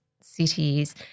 cities